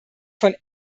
von